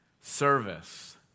Service